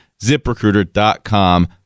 ZipRecruiter.com